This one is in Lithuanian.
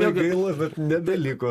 negaila bet nebeliko